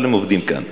אבל הם עובדים כאן.